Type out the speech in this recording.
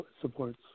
supports